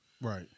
Right